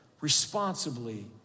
responsibly